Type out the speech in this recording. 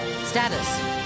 Status